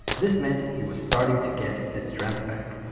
this meant he was starting to get his strength back.